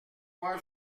moi